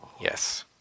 yes